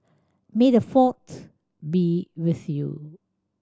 may the Fourth be with you